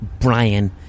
Brian